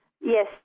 Yes